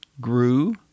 grew